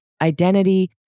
identity